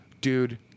Dude